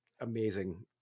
amazing